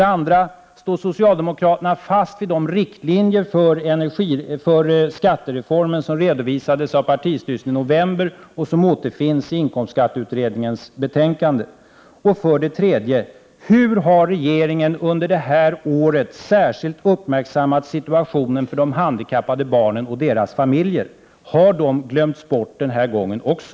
2. Står socialdemokraterna fast vid de riktlinjer för skattereformen som redovisades av partistyrelsen i november och som återfinns i inkomstskatteutredningens betänkande? 3. Hur har regeringen under det här året särskilt uppmärksammat situationen för de handikappade barnen och deras familjer? Har de glömts bort den här gången också?